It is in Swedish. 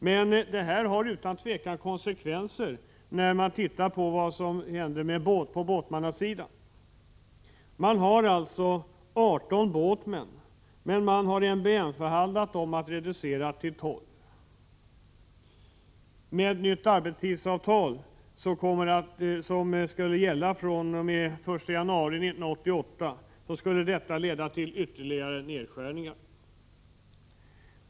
Men det har utan tvivel konsekvenser — det finner man när man tittar på vad som händer på båtsmannasidan. Man har 18 båtsmän, men man har MBL-förhandlat om att reducera det till 12. Med ett nytt arbetstidsavtal som skulle gälla fr.o.m. den 1 januari 1988 skulle detta leda till ytterligare nedskärningar.